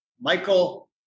Michael